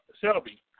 Shelby